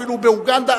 אפילו באוגנדה,